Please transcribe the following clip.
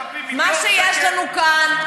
דרך אגב, אתם מקבלים מיליון שקל לחודש.